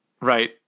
Right